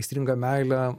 aistringa meilė